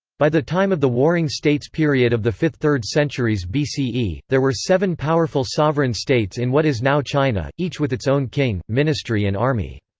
by the time of the warring states period of the fifth third centuries bce, there were seven powerful sovereign states in what is now china, each with its own king, ministry and army.